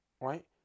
Right